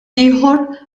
ieħor